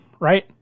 right